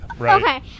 Okay